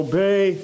Obey